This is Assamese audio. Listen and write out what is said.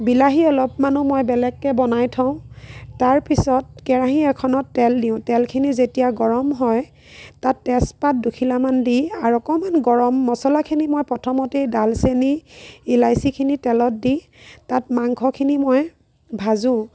বিলাহী অলপমানো মই বেলেগকৈ বনাই থওঁ তাৰপিছত কেৰাহী এখনত তেল দিওঁ তেলখিনি যেতিয়া গৰম হয় তাত তেজপাত দুখিলামান দি আৰু অকণমান গৰম মছলাখিনি মই প্ৰথমতেই ডালচেনি ইলাচিখিনি তেলত দি তাত মাংসখিনি মই ভাজোঁ